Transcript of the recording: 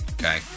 Okay